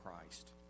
Christ